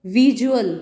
visual